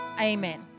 Amen